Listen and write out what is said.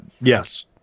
Yes